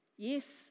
Yes